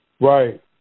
Right